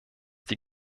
die